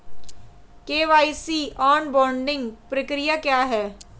KYC onboarding प्रक्रिया क्या है?